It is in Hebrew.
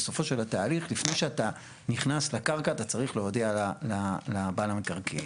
בסופו של התהליך לפני שאתה נכנס לקרקע אתה צריך להודיע לבעל המקרקעין.